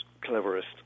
cleverest